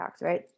right